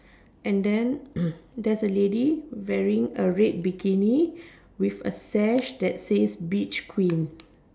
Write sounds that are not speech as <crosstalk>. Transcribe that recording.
and then <coughs> there's a lady wearing a red bikini with a sash that says beach queen